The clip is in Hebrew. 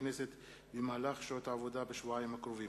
הכנסת במהלך שעות העבודה בשבועיים הקרובים.